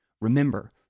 Remember